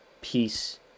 Peace